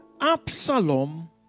Absalom